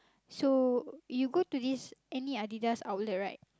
so you go to this any Adidas outlet right